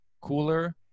cooler